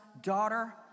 daughter